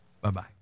Bye-bye